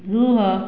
ରୁହ